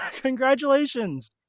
Congratulations